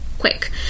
quick